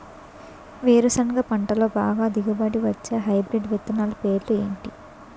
వేరుసెనగ పంటలో బాగా దిగుబడి వచ్చే హైబ్రిడ్ విత్తనాలు పేర్లు ఏంటి?